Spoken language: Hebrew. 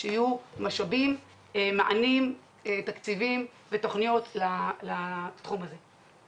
שיהיו מענים תקציביים ותוכניות לתחום הזה.